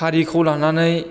हारिखौ लानानै